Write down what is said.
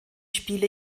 spiele